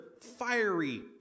fiery